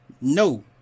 No